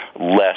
less